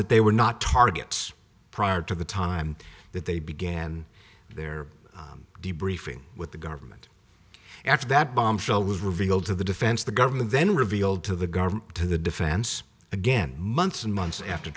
that they were not targets prior to the time that they began their debriefing with the government after that bombshell was revealed to the defense the government then revealed to the government to the defense again months and months after